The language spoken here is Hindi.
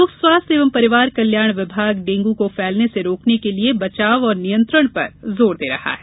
लोक स्वास्थ्य एवं परिवार कल्याण विभाग डेंगू को फैलने से रोकने के लिये बचाव और नियंत्रण पर जोर दे रहा है